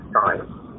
time